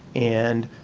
and